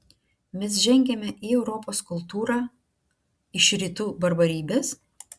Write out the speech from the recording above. mes žengiame į europos kultūrą iš rytų barbarybės